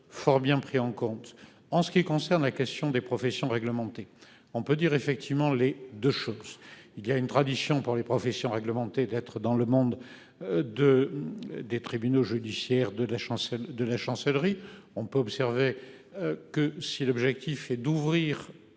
fort bien pris en compte en ce qui concerne la question des professions réglementées. On peut dire effectivement les 2 choses, il y a une tradition pour les professions réglementées, d'être dans le monde. De des tribunaux judiciaires de la chancellerie de la chancellerie, on peut observer. Que si l'objectif est d'ouvrir